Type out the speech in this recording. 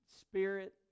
spirit